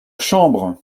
chambre